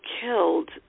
killed